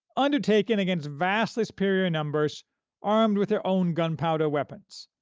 undertaken against vastly superior numbers armed with their own gunpowder weapons.